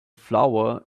flower